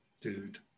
dude